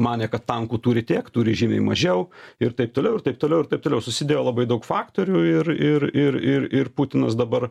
manė kad tankų turi tiek turi žymiai mažiau ir taip toliau ir taip toliau ir taip toliau susidėjo labai daug faktorių ir ir ir ir ir putinas dabar